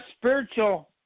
spiritual